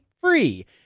free